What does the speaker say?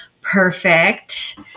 perfect